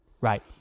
Right